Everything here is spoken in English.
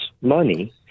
money